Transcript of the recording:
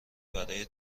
برای